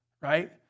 right